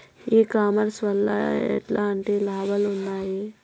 ఈ కామర్స్ వల్ల ఎట్లాంటి లాభాలు ఉన్నాయి?